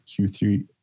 q3